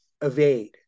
evade